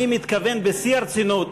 אני מתכוון בשיא הרצינות,